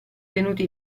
tenuti